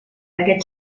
aquest